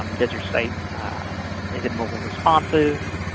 um does your site is it mobile-responsive?